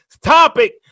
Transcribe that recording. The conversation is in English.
topic